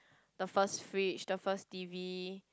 the first fridge the first T_V